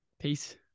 Peace